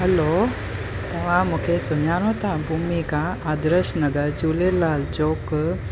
हलो तव्हां मूंखे सुञाणो था भुमिका आदर्श नगर झूलेलाल जो हिकु